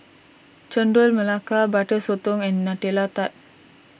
Chendol Nelaka Butter Sotong and Nutella Tart